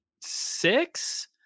six